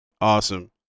awesome